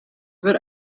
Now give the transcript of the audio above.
were